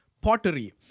pottery